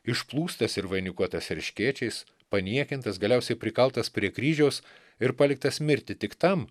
išplūstas ir vainikuotas erškėčiais paniekintas galiausiai prikaltas prie kryžiaus ir paliktas mirti tik tam